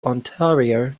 ontario